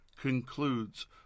concludes